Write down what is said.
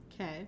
Okay